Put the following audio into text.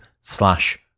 slash